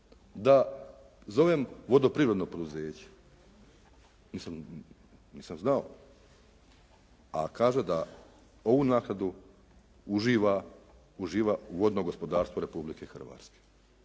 da zovem vodoprivredno poduzeće. Mislim, nisam znao. A kaže da ovu naknadu uživa vodno gospodarstvo Republike Hrvatske